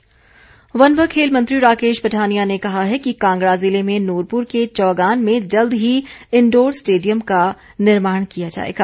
राकेश पठानिया वन व खेल मंत्री राकेश पठानिया ने कहा है कि कांगडा ज़िले में नुरपूर के चौगान में जल्द ही इंडोर स्टेडियम का निर्माण किया जाएगा